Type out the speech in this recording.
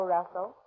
Russell